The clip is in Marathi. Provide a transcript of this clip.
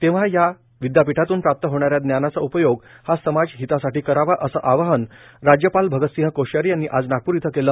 तेव्हा या विद्यापिठातून प्राप्त होणाऱ्या ज्ञानाचा उपयोग हा समाजहितासाठी करावाए असे आवाहन राज्यपाल भगतसिंह कोश्यारी यांनी आज नागपूर इथं केले